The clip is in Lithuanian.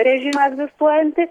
režimą egzistuojantį